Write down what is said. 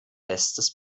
festes